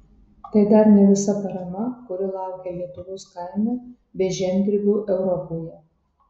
tai dar ne visa parama kuri laukia lietuvos kaimo bei žemdirbio europoje